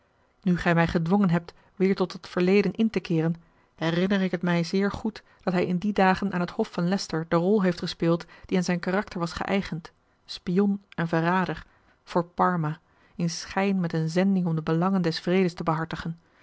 nu gij mij gedwongen hebt weêr tot dat verleden in te keeren herinner ik het mij zeer goed dat hij in die dagen aan het hof van leycester de rol heeft gespeeld die aan zijn karakter was geeigend spion en verrader voor parma in schijn met eene zending om de belangen des vredes te behartigen